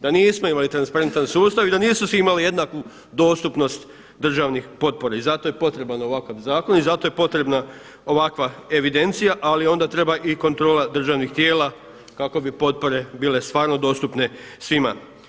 Da nismo imali transparentan sustav i da nisu svi imali jednaku dostupnost državnih potpora i zato je potreban ovakav zakon i zato je potrebna ovakva evidencija, ali onda treba i kontrola državnih tijela kako bi potpore bile stvarno dostupne svima.